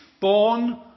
born